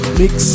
mix